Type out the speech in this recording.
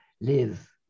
live